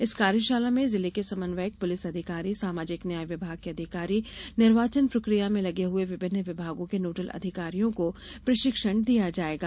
इस कार्यशाला में जिलों के समन्वयक पुलिस अधिकारी सामाजिक न्याय विभाग के अधिकारी निर्वाचन प्रक्रिया में लगे हये विभिन्न विभागों के नोडल अधिकारीयों को प्रशिक्षण दिया जायेगा